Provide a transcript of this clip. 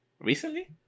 Recently